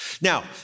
Now